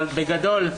אבל בגדול,